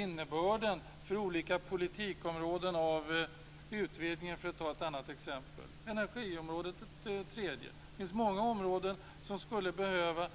Innebörden för olika politikområden av utvidgningen är ett annat exempel. Energiområdet är ett tredje. Det finns många områden som man skulle behöva